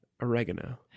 Oregano